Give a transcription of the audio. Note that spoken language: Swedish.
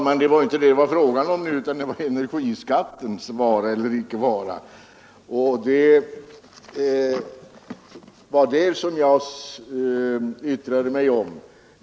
Herr talman! Det är ju här fråga om energiskattens vara eller inte vara, och det var detta som jag yttrade mig om.